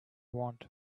want